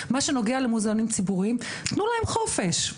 מה שנוגע למוזיאונים ציבוריים תנו להם חופש.